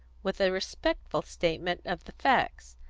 with a respectful statement of the facts.